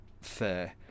fair